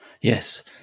Yes